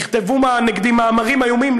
יכתבו נגדי מאמרים איומים.